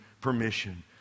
permission